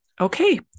okay